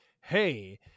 Hey